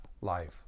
life